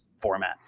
format